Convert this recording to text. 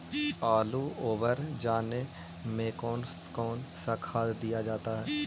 आलू ओवर जाने में कौन कौन सा खाद दिया जाता है?